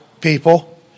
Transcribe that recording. people